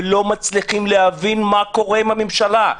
ולא מצליחים להבין מה קורה עם הממשלה.